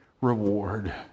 reward